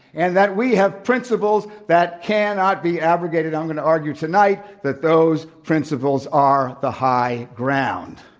and that we have principles that cannot be abrogated. i'm going to argue tonight that those principles are the high ground.